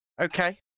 okay